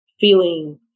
feeling